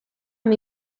amb